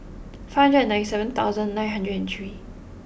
five hundred and ninety seven thousand nine hundred three